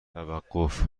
توقف